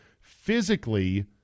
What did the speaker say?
physically